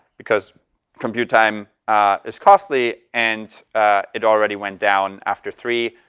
because compute time is costly and it already went down after three.